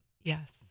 yes